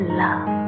love